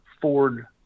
Ford